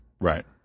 Right